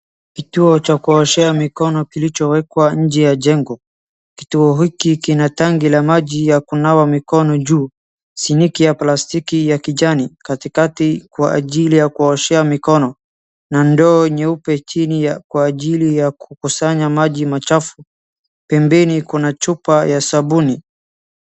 Kituo cha kuoshea mikono kilichoekwa nje ya jengo, kituo hiki kina tangi la maji ya kunawa mikono juu, sink ya plastiki ya kijani katikati kwa ajili ya kuoshea mikono, na ndoo nyeupe chini kwa ajili ya kukusanya maji machafu, pembeni kuna chupa ya sabuni.